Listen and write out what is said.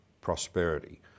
prosperity